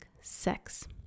sex